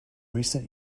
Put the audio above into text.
recent